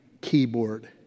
keyboard